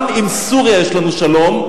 גם עם סוריה יש לנו שלום,